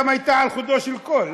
גם הייתה על חודו של קול,